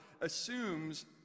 assumes